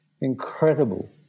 incredible